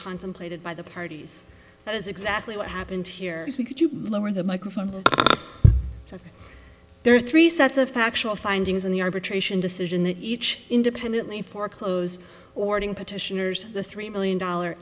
contemplated by the parties that is exactly what happened here could you lower the microphone there are three sets of factual findings in the arbitration decision that each independently foreclose ording petitioners the three million dollar